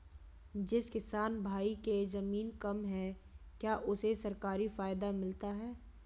जिस किसान भाई के ज़मीन कम है क्या उसे सरकारी फायदा मिलता है?